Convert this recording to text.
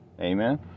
amen